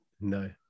no